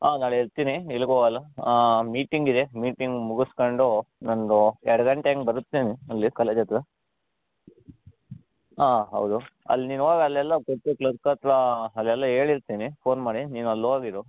ಹಾಂ ನಾಳೆ ಇರುತ್ತೀನಿ ಎಲ್ಲಿಗೂ ಹೋಗೋಲ್ಲ ಹಾಂ ಮೀಟಿಂಗ್ ಇದೆ ಮೀಟಿಂಗ್ ಮುಗಿಸ್ಕೊಂಡು ಇನ್ನೊಂದು ಎರಡು ಗಂಟೆ ಹಂಗೆ ಬರುತ್ತೇನೆ ಅಲ್ಲಿ ಕಾಲೇಜ್ ಹತ್ತಿರ ಹಾಂ ಹೌದು ಅಲ್ಲಿ ನೀನು ಹೋಗು ಅಲ್ಲೆಲ್ಲ ಕೊಟ್ಟು ಕ್ಲರ್ಕ್ ಹತ್ತಿರ ಹಾಂ ಅಲ್ಲೆಲ್ಲಾ ಹೇಳಿರುತ್ತೀನಿ ಫೋನ್ ಮಾಡಿ ನೀನು ಅಲ್ಹೋಗಿರು